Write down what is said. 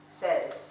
says